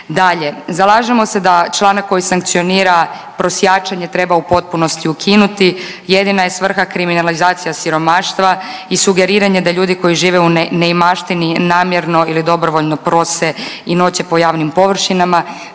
Dalje, zalažemo se da članak koji sankcionira prosjačenje treba u potpunosti ukinuti. Jedina je svrha kriminalizacija siromaštva i sugeriranje da ljudi koji žive u neimaštini namjerno ili dobrovoljno prose i noće po javnim površinama,